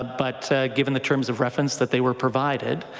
ah but given the terms of reference that they were provided,